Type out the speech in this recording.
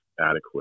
adequate